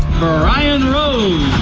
brian rose,